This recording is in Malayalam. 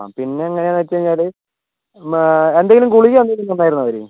അ പിന്നെ എങ്ങനെയാണെന്ന് വച്ചുകഴിഞ്ഞാല് എന്തേലും ഗുളിക തന്നിട്ടുണ്ടായിരുന്നോ അവര്